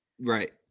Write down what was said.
Right